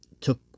Took